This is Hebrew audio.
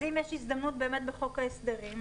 אז אם יש הזדמנות באמת בחוק ההסדרים,